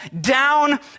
down